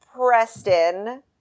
Preston